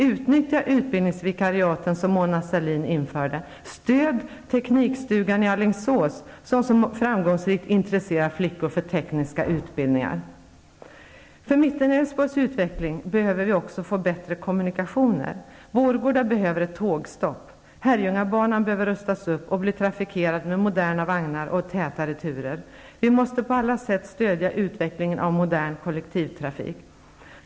Utnyttja utbildningsvikariaten som Alingsås som så framgångsrikt intresserar flickor för tekniska utbildningar. För Mittenälvsborgs utveckling behöver vi också få bättre kommunikationer. Vårgårda behöver ett tågstopp. Herrljungabanan behöver rustas upp och bli trafikerad med moderna vagnar och tätare turer. Vi måste på alla sätt stödja utvecklingen av modern kollektivtrafik.